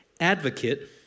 advocate